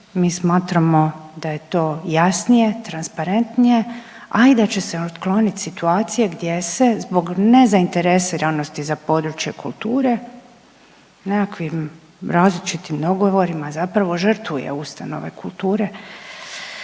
mi smatramo da je to jasnije, transparentnije, a i da će se otklonit situacije gdje se zbog nezainteresiranosti za područje kulture nekakvim različitim dogovorima zapravo žrtvuje ustanove kulture